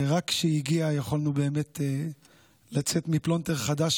ורק כשהיא הגיעה יכולנו באמת לצאת מפלונטר חדש